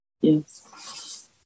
Yes